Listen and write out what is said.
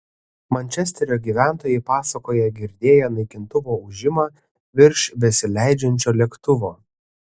mančesterio gyventojai pasakoja girdėję naikintuvo ūžimą virš besileidžiančio lėktuvo